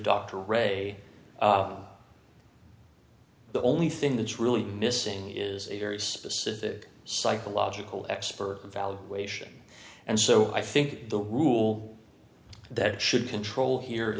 dr ray the only thing that's really missing is a very specific psychological expert evaluation and so i think the rule that should control here